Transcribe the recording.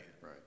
Right